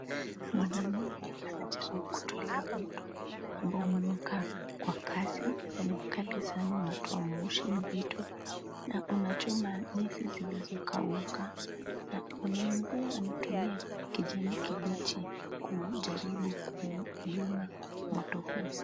Mwanamume anajaribu kutuliza moto ambao umewaka kwa kasi na ni mkali sana unatoa moshi mzito na unachoma nyasi zilizokauka na mwanamume huyo anatumia kijani kibichi kujaribu kuuzima moto huu.